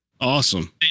awesome